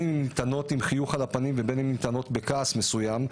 ניתנות עם חיוך על הפנים ובין ניתנות בכעס מסוים,